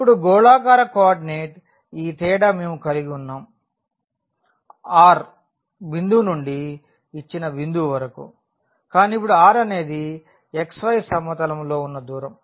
ఇప్పుడు గోళాకార కోఆర్డినేట్ ఈ తేడా మేము కలిగి వున్నాం r ఈ బిందువు నుండి ఇచ్చిన బిందువు వరకూ కానీ ఇప్పుడు ఈ r అనేది xy సమతలంలో వున్న దూరం